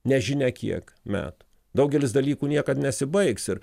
nežinia kiek metų daugelis dalykų niekad nesibaigs ir